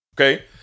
okay